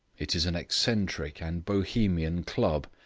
it is an eccentric and bohemian club,